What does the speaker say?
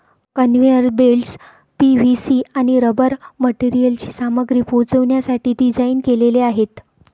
conveyor belts PVC आणि rubber मटेरियलची सामग्री पोहोचवण्यासाठी डिझाइन केलेले आहेत